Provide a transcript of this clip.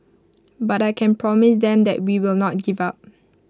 but I can promise them that we will not give up